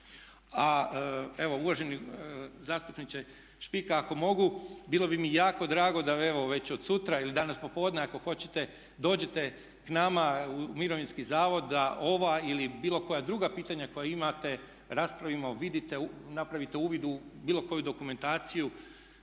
A evo uvaženi zastupniče Špika ako mogu bilo bi mi jako drago da evo već od sutra ili danas popodne ako hoćete dođete k nama u mirovinski zavod da ova ili bilo koja druga pitanja koja imate raspravimo, vidite, napravite uvid u bilo koju dokumentaciju,